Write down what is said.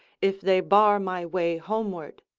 if they bar my way homeward.